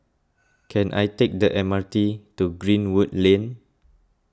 can I take the M R T to Greenwood Lane